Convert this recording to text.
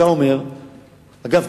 אגב,